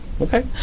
Okay